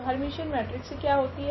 तो Hermitian matrix क्या होती है